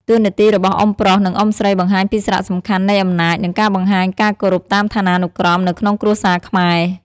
តួនាទីរបស់អ៊ុំប្រុស និងអ៊ុំស្រីបង្ហាញពីសារៈសំខាន់នៃអំណាច និងការបង្ហាញការគោរពតាមឋាននុក្រមនៅក្នុងគ្រួសារខ្មែរ។